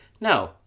No